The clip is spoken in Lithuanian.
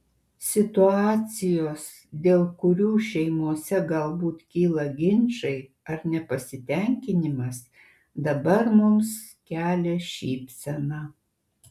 situacijos dėl kurių šeimose galbūt kyla ginčai ar nepasitenkinimas dabar mums kelia šypseną